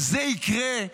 זה יקרה.